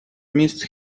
missed